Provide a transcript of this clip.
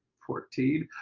fourteen?